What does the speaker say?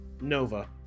Nova